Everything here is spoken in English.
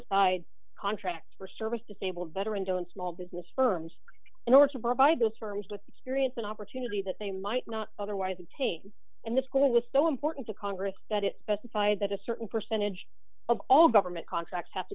aside contracts for service disabled veteran doing small business firms in order to provide those firms with experience an opportunity that they might not otherwise attain and the score was so important to congress that it fired that a certain percentage of all government contracts ha